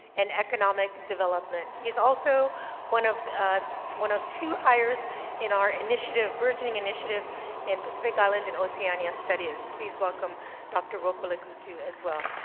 and economic development. he's also one of one of two hires in our initiative bridging initiative in pacific island and oceania studies. please welcome dr. rokolekutu as well.